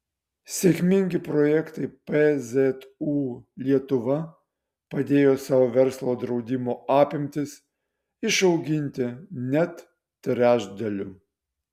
sėkmingi projektai pzu lietuva padėjo savo verslo draudimo apimtis išauginti net trečdaliu